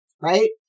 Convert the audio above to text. Right